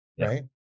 right